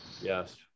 Yes